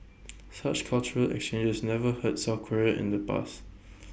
such cultural exchanges never hurt south Korea in the past